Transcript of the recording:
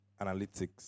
analytics